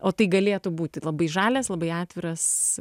o tai galėtų būti labai žalias labai atviras